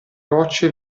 rocce